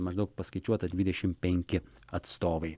maždaug paskaičiuota dvidešim penki atstovai